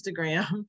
Instagram